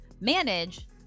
manage